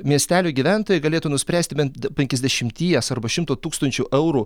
miestelių gyventojai galėtų nuspręsti bent penkiasdešimties arba šimto tūkstančių eurų